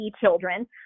children